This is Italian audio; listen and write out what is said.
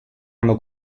anno